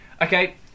Okay